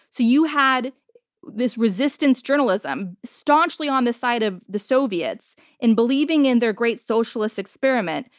so you had this resistance journalism staunchly on the side of the soviets and believing in their great socialist experiment,